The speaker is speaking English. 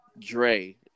Dre